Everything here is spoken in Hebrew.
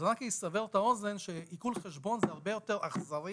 אז רק לסבר את האוזן שעיקול חשבון זה הרבה יותר אכזרי